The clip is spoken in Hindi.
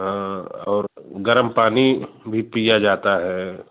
हाँ और गर्म पानी भी पीया जाता है